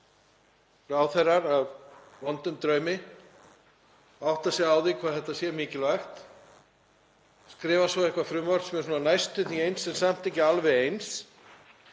ráðherrar af vondum draumi, átta sig á því hvað þetta er mikilvægt, skrifa svo eitthvert frumvarp sem er svona næstum því eins en samt ekki alveg eins